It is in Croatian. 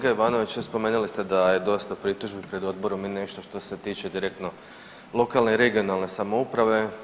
Kolega Ivanović spomenuli ste da je dosta pritužbi pred odborom i nešto što se tiče direktno lokalne i regionalne samouprave.